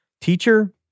Teacher